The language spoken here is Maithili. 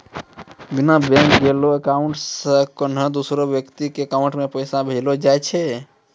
बिना बैंक गेलैं अकाउंट से कोन्हो दोसर व्यक्ति के अकाउंट मे पैसा भेजलो जाय छै